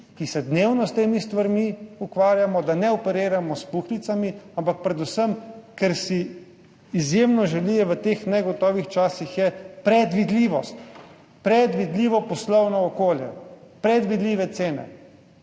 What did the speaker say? ki se dnevno ukvarjajo s temi stvarmi, da ne operiramo s puhlicami, ampak to, kar si izjemno želijo v teh negotovih časih, je predvidljivost, predvidljivo poslovno okolje, predvidljive cene.